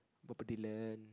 Bob Dylan